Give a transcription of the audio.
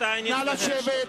שטייניץ והרשקוביץ.